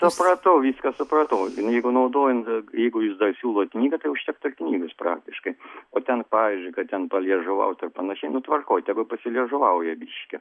supratau viską supratau jeigu naudojant jeigu jūs dar siūlot knygą tai užtektų ir knygos praktiškai o ten pavyzdžiui kad ten paliežuvaut ir panašiai tvarkoje tegu pasiliežuvauja biškį